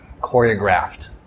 choreographed